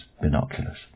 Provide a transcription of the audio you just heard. binoculars